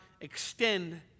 extend